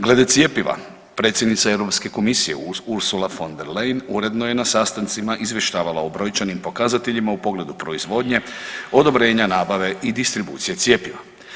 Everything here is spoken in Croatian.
Glede cjepiva predsjednica Europske komisije Ursula von der Leyen uredno je na sastancima izvještavala o brojčanim pokazateljima u pogledu proizvodnje, odobrenja nabave i distribucije cjepiva.